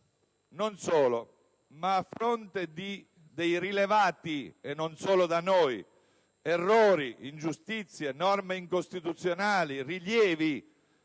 Non solo, ma a fronte dei rilevati - e non solo da noi - errori, ingiustizie, norme incostituzionali (rilievi